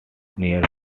near